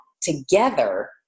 together